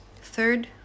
third